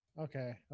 Okay